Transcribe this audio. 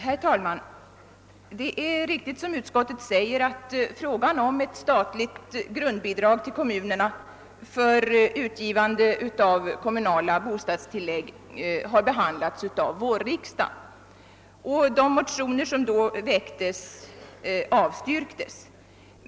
Herr talman! Det är riktigt, som utskottet säger, att frågan om ett statligt grundbidrag till kommunerna för utgivande av kommunala bostadstillägg har behandlats av vårriksdagen. De motioner som då väcktes avslogs.